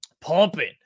Pumping